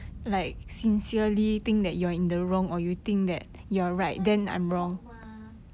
that's why must talk mah